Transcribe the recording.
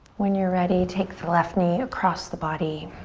when you're ready, take the left knee across the body,